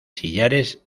sillares